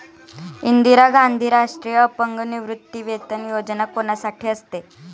इंदिरा गांधी राष्ट्रीय अपंग निवृत्तीवेतन योजना कोणासाठी असते?